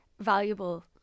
valuable